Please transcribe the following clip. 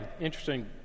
interesting